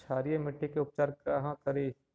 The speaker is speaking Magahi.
क्षारीय मिट्टी के उपचार कहा करी?